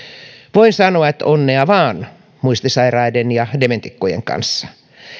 voin sanoa että onnea vaan muistisairaiden ja dementikkojen kanssa